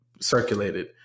circulated